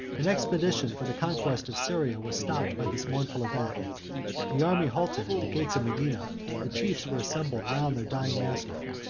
an expedition for the conquest of syria was stopped by this mournful event the army halted at the gates of medina the chiefs were assembled round their dying master.